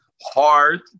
hard